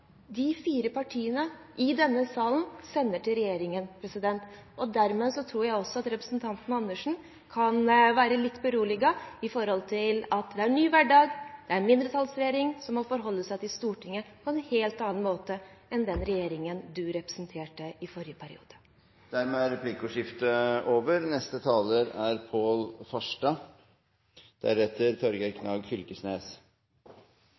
fire partiene i denne salen sender til regjeringen. Dermed tror jeg også at representanten Andersen kan være litt beroliget: Det er ny hverdag, det er en mindretallsregjering som må forholde seg til Stortinget på en helt annen måte enn den regjeringen du representerte i forrige periode. Dermed er replikkordskiftet over. I forrige uke fikk finansministeren overrakt anbefalingene fra Holden III-utvalget. Et enstemmig utvalg er